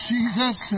Jesus